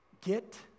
Get